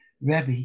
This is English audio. Rebbe